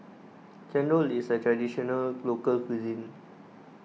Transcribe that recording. Chendol is a Traditional Local Cuisine